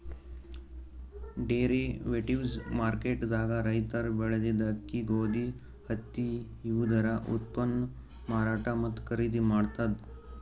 derivatives market ದಾಗ್ ರೈತರ್ ಬೆಳೆದಿದ್ದ ಅಕ್ಕಿ ಗೋಧಿ ಹತ್ತಿ ಇವುದರ ಉತ್ಪನ್ನ್ ಮಾರಾಟ್ ಮತ್ತ್ ಖರೀದಿ ಮಾಡ್ತದ್